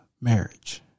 marriage